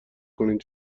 کنین